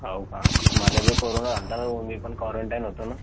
हो का मला भी कोरोना झाला होता ना मी पण क्वारंटाईन होतो ना